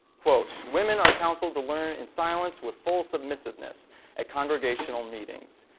women are counseled to learn in silence, will full submissiveness at congregational meetings.